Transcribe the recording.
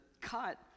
cut